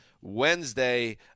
Wednesday